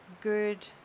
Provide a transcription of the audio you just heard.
good